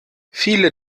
viele